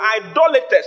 idolaters